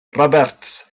roberts